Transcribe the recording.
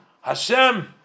Hashem